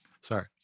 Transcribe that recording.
sorry